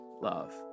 love